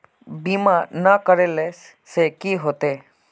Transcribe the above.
बीमा ना करेला से की होते?